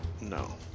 No